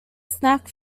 snack